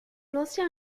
l’ancien